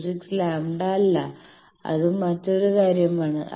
26 lambda അല്ല അത് മറ്റൊരു കാര്യമാണ്